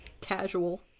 Casual